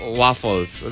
waffles